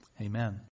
Amen